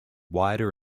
wider